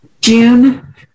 June